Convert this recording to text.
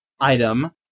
item